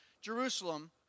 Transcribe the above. Jerusalem